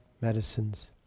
medicines